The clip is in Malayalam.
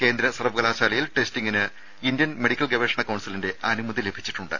കേന്ദ്ര സർവകലാശാലയിൽ ടെസ്റ്റിങ്ങിന് ഇന്ത്യൻ മെഡിക്കൽ ഗവേഷണ കൌൺസിലിന്റെ അനുമതി ലഭിച്ചിട്ടുണ്ട്